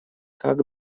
как